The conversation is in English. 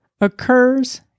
occurs